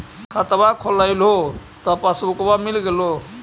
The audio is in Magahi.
खतवा खोलैलहो तव पसबुकवा मिल गेलो?